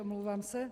Omlouvám se.